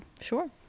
Sure